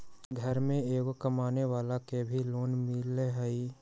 घर में एगो कमानेवाला के भी लोन मिलहई?